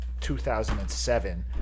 2007